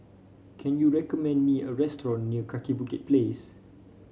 can you recommend me a restaurant near Kaki Bukit Place